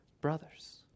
brothers